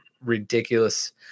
ridiculous